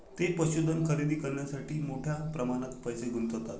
ते पशुधन खरेदी करण्यासाठी मोठ्या प्रमाणात पैसे गुंतवतात